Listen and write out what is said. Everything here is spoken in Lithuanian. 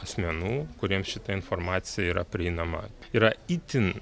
asmenų kuriems šita informacija yra prieinama yra itin